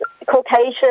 Caucasian